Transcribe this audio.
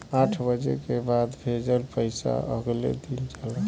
आठ बजे के बाद भेजल पइसा अगले दिन जाला